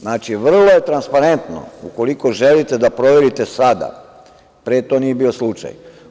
Znači, vrlo je transparentno, ukoliko želite da proverite sada, pre to nije bio slučaj.